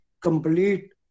complete